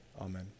amen